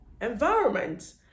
environment